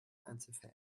einzelfällen